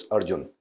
Arjun